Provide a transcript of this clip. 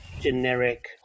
generic